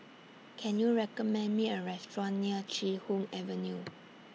Can YOU recommend Me A Restaurant near Chee Hoon Avenue